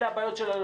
אלה הבעיות שלנו,